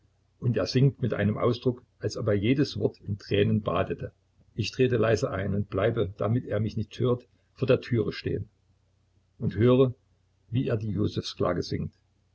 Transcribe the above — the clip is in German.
und er singt mit einem ausdruck als ob er jedes wort in tränen badete ich trete leise ein und bleibe damit er mich nicht hört vor der türe stehen und höre wie er die josephsklage singt